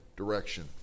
Direction